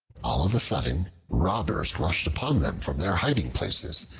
all of a sudden robbers rushed upon them from their hiding-places,